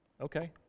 Okay